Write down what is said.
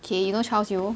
K you know charles yeo